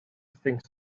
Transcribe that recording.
think